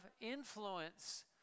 influence